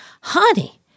Honey